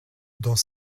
dans